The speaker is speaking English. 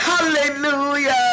Hallelujah